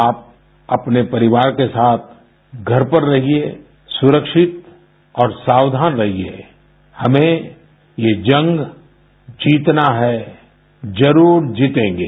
आप अपने परिवार के साथ घर पर रहिए सुरक्षित और सावधान रहिए हमें ये जंग जीतना है जरूर जीतेंगे